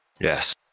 Yes